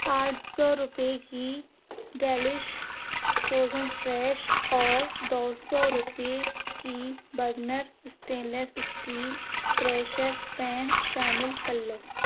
آٹھ سو روپے کی ڈیلش فروزن فریش اور دو سو روپے کی Bergner stainless steel pressure pan شامل کر لو